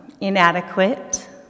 inadequate